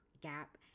gap